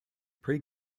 pre